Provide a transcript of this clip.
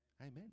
Amen